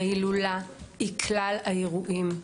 שההילולה היא כלל האירועים,